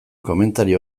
komentario